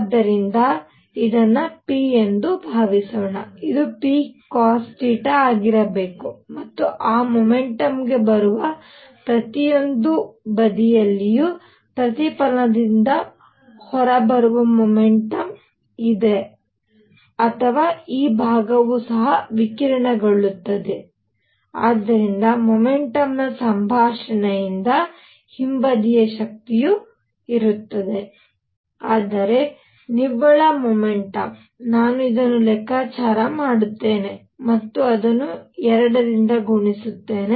ಆದ್ದರಿಂದ ಇದು p ಎಂದು ಭಾವಿಸೋಣ ಇದು pcosθ ಆಗಿರಬೇಕು ಮತ್ತು ಆ ಮೊಮೆಂಟಮ್ಗೆ ಬರುವ ಪ್ರತಿಯೊಂದು ಬದಿಯಲ್ಲಿಯೂ ಪ್ರತಿಫಲನದಿಂದ ಹೊರಹೋಗುವ ಮೊಮೆಂಟಮ್ ಇದೆ ಅಥವಾ ಈ ಭಾಗವು ಸಹ ವಿಕಿರಣಗೊಳ್ಳುತ್ತಿದೆ ಆದ್ದರಿಂದ ಮೊಮೆಂಟಮ್ ನ ಸಂಭಾಷಣೆಯಿಂದ ಹಿಂಬದಿಯ ಶಕ್ತಿ ಇರುತ್ತದೆ ಆದ್ದರಿಂದ ನಿವ್ವಳ ಮೊಮೆಂಟಮ್ ನಾನು ಇದನ್ನು ಲೆಕ್ಕಾಚಾರ ಮಾಡುತ್ತೇನೆ ಮತ್ತು ಅದನ್ನು 2 ರಿಂದ ಗುಣಿಸುತ್ತೇನೆ